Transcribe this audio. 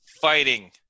fighting